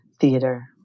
theater